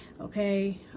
Okay